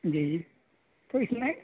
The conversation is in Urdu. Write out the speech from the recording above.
جی جی تو اس میں